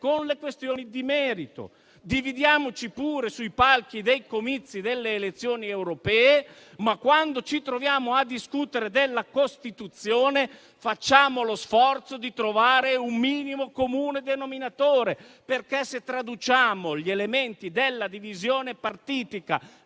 con le questioni di merito. Dividiamoci pure sui palchi dei comizi delle elezioni europee; ma, quando ci troviamo a discutere della Costituzione, facciamo lo sforzo di trovare un minimo comune denominatore. Se traduciamo gli elementi della divisione partitica